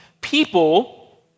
people